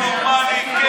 נורמלי.